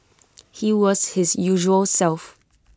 he was his usual self